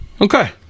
Okay